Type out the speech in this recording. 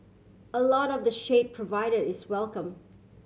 a lot of the shade provided is welcome